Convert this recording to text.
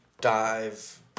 dive